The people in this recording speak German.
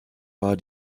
war